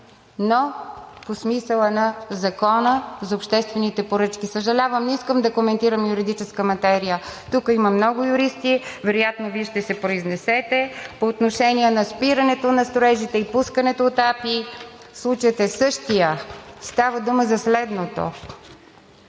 но по смисъла на Закона за обществените поръчки. Съжалявам, не искам да коментирам юридическа материя. Тук има много юристи, вероятно Вие ще се произнесете по отношение на спирането на строежите и пускането от АПИ. Случаят е същият –става дума за следното: